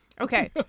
Okay